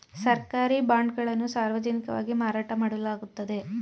ಸರ್ಕಾರಿ ಬಾಂಡ್ ಗಳನ್ನು ಸಾರ್ವಜನಿಕವಾಗಿ ಮಾರಾಟ ಮಾಡಲಾಗುತ್ತದೆ